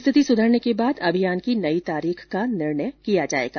स्थिति सुधरने के बाद अभियान की नई तारीख का निर्णय किया जायेगा